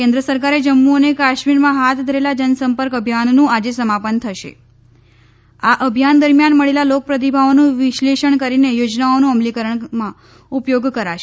કેન્ર સરકારે જમ્મુ અને કાશ્મીરમાં હાથ ધરેલા જનસંપર્ક અભિયાનનું આજે સમાપન થશે આ અભિયાન દરમ્યાન મળેલા લોક પ્રતિભાવોનું વિશ્લેષણ કરીને થોજનાઓના અમલીકરણમાં ઉપયોગ કરાશે